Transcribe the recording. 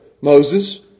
Moses